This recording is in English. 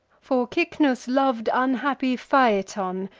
for cycnus lov'd unhappy phaeton,